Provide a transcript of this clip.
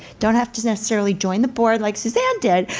don't have to necessarily join the board like suzanna did,